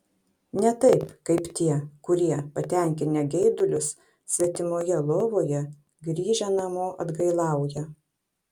ne taip kaip tie kurie patenkinę geidulius svetimoje lovoje grįžę namo atgailauja